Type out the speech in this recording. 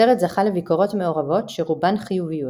הסרט זכה לביקורות מעורבות, שרובן חיוביות.